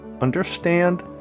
Understand